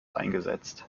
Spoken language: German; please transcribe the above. eingesetzt